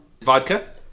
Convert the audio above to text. vodka